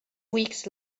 weeks